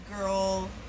girl